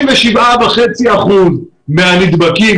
67.5 אחוזים מהנדבקים,